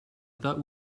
thought